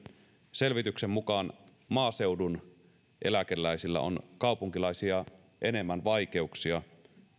selvityksen mukaan maaseudun eläkeläisillä on kaupunkilaisia enemmän vaikeuksia